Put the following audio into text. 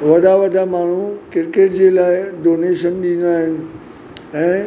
वॾा वॾा माण्हू क्रिकेट जे लाइ डोनेशन ॾींदा आहिनि ऐं